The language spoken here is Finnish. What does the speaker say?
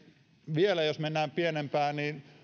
vielä jos mennään pienempään niin